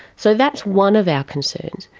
so that's one of our concerns.